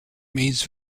means